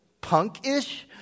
punk-ish